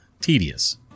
Tedious